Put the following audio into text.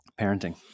parenting